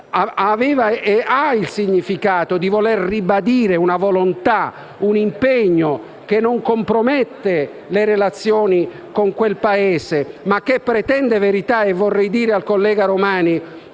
ha, il significato di voler ribadire una volontà e un impegno, che non compromettono le relazioni con quel Paese, ma che pretendono verità. E vorrei dire al collega Romani,